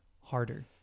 Harder